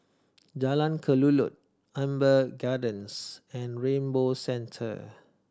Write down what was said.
Jalan Kelulut Amber Gardens and Rainbow Centre